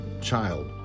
child